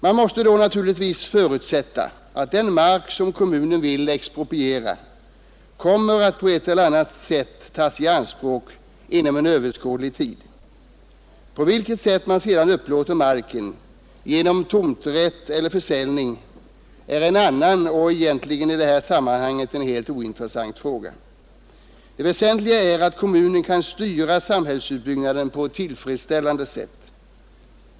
Man måste då naturligtvis förutsätta att den mark som kommunen vill expropriera kommer att på ett eller annat sätt tas i anspråk inom en kort tidrymd. På vilket sätt man sedan upplåter marken — genom tomträtt eller försäljning — är en annan och i detta sammanhang egentligen helt ointressant fråga. Det väsentliga är att kommunen kan styra samhällsutbyggnaden på ett tillfredsställande sätt.